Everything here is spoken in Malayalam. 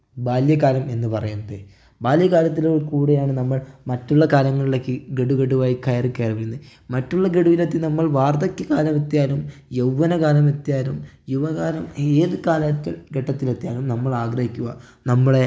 ബാല്യകാലം എന്ന് പറയുന്നത് ബാല്യകാലത്തിൽ കൂടിയാണ് നമ്മൾ മറ്റുള്ള കാലങ്ങളിലേക്ക് ഘഡു ഘഡുവായി കയറി കയറുന്നത് മറ്റുള്ള ഘടുവിലെത്തി നമ്മൾ വാർദ്ധക്യ കാലമെത്തിയാലും യൗവനകാലമെത്തിയാലും യുവകാലം ഏത് കാലം എത്തിയാലും ഘട്ടത്തിൽ എത്തിയാലും നമ്മൾ ആഗ്രഹിക്കുക നമ്മുടെ